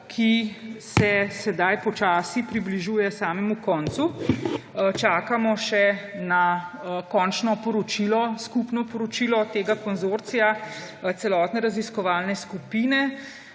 ki se sedaj počasi približuje samemu koncu. Čakamo še na končno poročilo, skupno poročilo tega konzorcija celotne raziskovalne skupine.